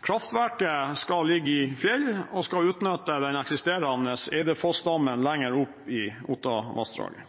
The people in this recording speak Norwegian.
Kraftverket skal ligge i fjell og skal utnytte den eksisterende Eidefoss-dammen lenger oppe i Ottavassdraget.